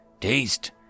Taste